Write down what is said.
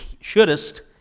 shouldest